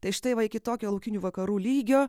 tai štai va iki tokio laukinių vakarų lygio